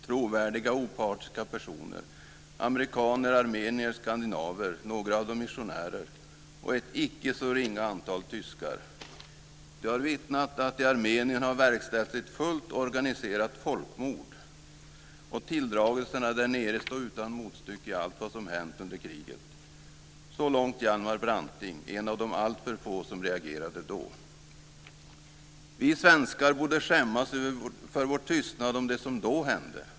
trovärdiga opartiska personer, amerikaner, armenier, skandinaver, några av dem missionärer, och ett icke så ringa antal tyskar . De har vittnat att i Armenien har verkställts ett fullt organiserat folkmord, och tilldragelserna därnere stå utan motstycke i allt vad som hänt under kriget." Så långt Hjalmar Branting - en av de alltför få som reagerade då. Vi svenskar borde skämmas för vår tystnad om det som då hände.